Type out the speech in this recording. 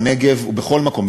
בנגב ובכל מקום,